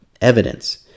evidence